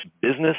business